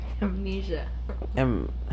Amnesia